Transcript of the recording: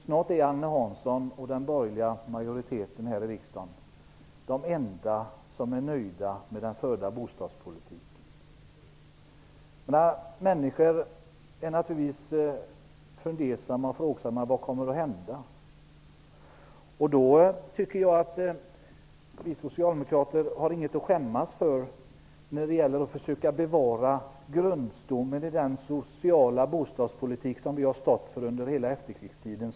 Snart är Agne Hansson och den borgerliga majoriteten här i riksdagen de enda som är nöjda med den förda bostadspolitiken. Människor blir naturligtvis fundersamma och undrar vad som kommer att hända. Då tycker jag att vi socialdemokrater inte har något att skämmas för. Vi vill bevara grundstommen i den sociala bostadspolitik som vi har stått för under hela efterkrigstiden.